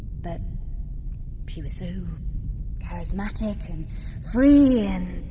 but she was so charismatic and free and,